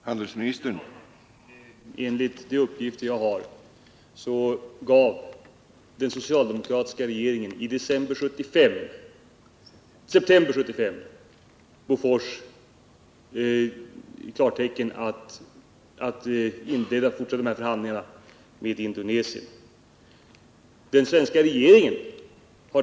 Herr talman! Enligt de uppgifter jag har gav den socialdemokratiska regeringen i augusti 1975 Bofors klartecken att inleda och fortsätta förhandlingarna med Indonesien.